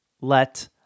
let